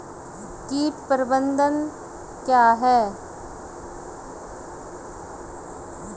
कीट प्रबंधन क्या है?